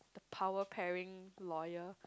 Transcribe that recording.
power pairing lawyer